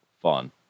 fun